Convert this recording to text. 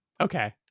Okay